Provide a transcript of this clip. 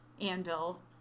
anvil